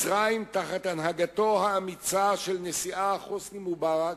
מצרים, בהנהגתו האמיצה של נשיאה חוסני מובארק,